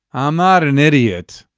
i'm not an idiot.